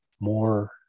more